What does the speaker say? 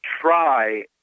try